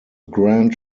grand